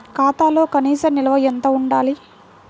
ఖాతాలో కనీస నిల్వ ఎంత ఉండాలి?